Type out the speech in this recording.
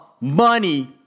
money